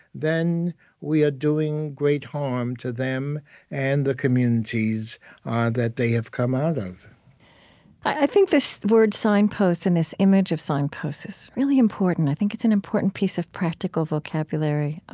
then we are doing great harm to them and the communities that they have come out of i think this word signpost and this image of signpost is really important. i think it's an important piece of practical vocabulary. ah